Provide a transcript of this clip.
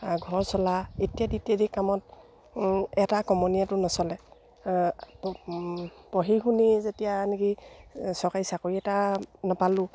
ঘৰ চলা ইত্যাদি ইত্যাদি কামত এটা কামানিয়েটো নচলে পঢ়ি শুনি যেতিয়া নেকি চৰকাৰী চাকৰি এটা নাপালোঁ